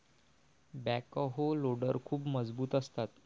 backhoe loader खूप मजबूत असतात